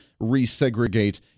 resegregate